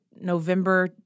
November